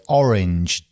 orange